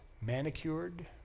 manicured